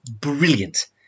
brilliant